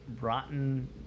rotten